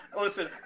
Listen